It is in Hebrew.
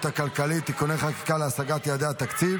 הכלכלית (תיקוני חקיקה להשגת יעדי התקציב